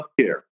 healthcare